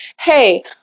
hey